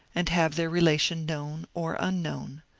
and have their relation known or unknown.